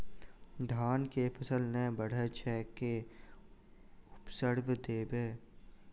धान कऽ फसल नै बढ़य छै केँ उर्वरक देबै?